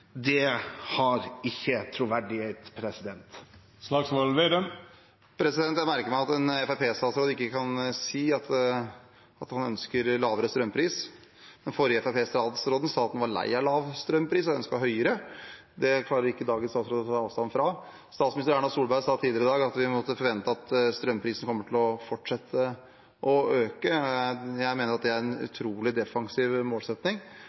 har ikke troverdighet. Jeg merker meg at en Fremskrittsparti-statsråd ikke kan si at han ønsker lavere strømpris. Den forrige Fremskrittsparti-statsråden sa at han var lei av lav strømpris og ønsket høyere. Det klarer ikke dagens statsråd å ta avstand fra. Statsminister Erna Solberg sa tidligere i dag at vi måtte forvente at strømprisen kommer til å fortsette å øke. Jeg mener det er en utrolig defensiv målsetting.